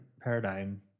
paradigm